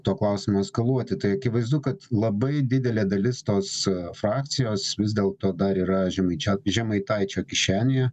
to klausimo eskaluoti tai akivaizdu kad labai didelė dalis tos frakcijos vis dėlto dar yra žemaičio žemaitaičio kišenėje